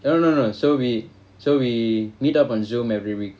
no no no so we so we meet up on zoom every week